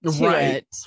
Right